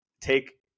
take